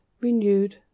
renewed